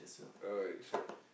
alright sure